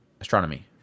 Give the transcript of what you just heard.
astronomy